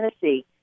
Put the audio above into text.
Tennessee